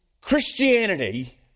Christianity